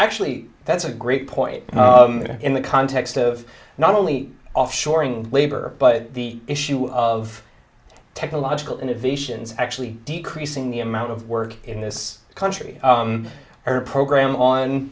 actually that's a great point in the context of not only offshoring labor but the issue of technological innovations actually decreasing the amount of work in this country or program on